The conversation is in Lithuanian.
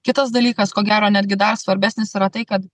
kitas dalykas ko gero netgi dar svarbesnis yra tai kad